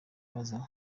babaza